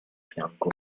fianco